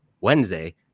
Wednesday